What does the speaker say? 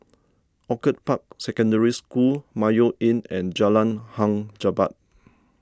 Orchid Park Secondary School Mayo Inn and Jalan Hang Jebat